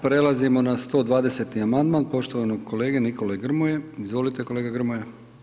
Prelazimo na 120. amandman poštovanog kolege Nikole Grmoje, izvolite kolega Grmoja.